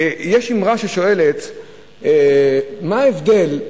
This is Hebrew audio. ויש אמרה ששואלת מה ההבדל,